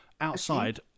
outside